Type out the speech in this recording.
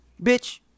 bitch